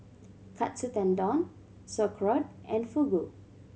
Katsu Tendon Sauerkraut and Fugu